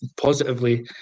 positively